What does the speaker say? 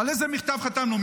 על איזה מכתב חתמנו?